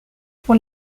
pour